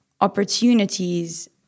opportunities